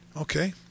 Okay